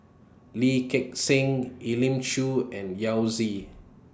Lee Gek Seng Elim Chew and Yao Zi